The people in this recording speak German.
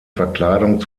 verkleidung